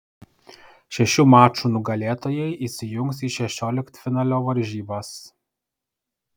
šešių mačų nugalėtojai įsijungs į šešioliktfinalio varžybas